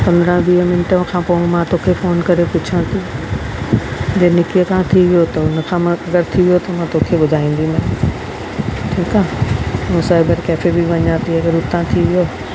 पंदरहां वीह मिन्ट खां पोइ मां तोखे फोन करे पुछां थी जे निकीअ खां थी वियो त उन खां मां अगरि थी वियो त मां तोखे ॿुधाईन्दीमांइ ठीकु आहे ऐं साईबर केफे बि वञां थी अगरि उतां थी वियो